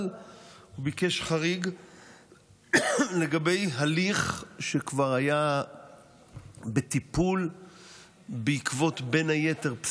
אבל ביקש חריג לגבי הליך שכבר היה בטיפול בין היתר בעקבות